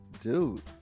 Dude